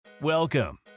Welcome